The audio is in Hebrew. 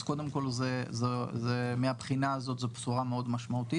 אז קודם כל מהבחינה הזאת זו בשורה מאוד משמעותית.